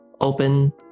open